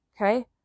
Okay